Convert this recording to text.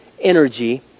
energy